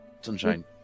sunshine